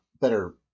better